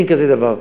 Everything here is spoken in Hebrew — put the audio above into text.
אין כזה דבר.